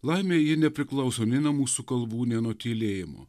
laimė ji nepriklauso nei nuo mūsų kalbų nei nuo tylėjimų